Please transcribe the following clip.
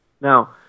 Now